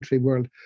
World